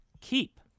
keep